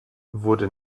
wurde